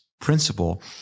principle